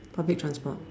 public transport